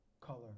color